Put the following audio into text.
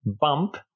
bump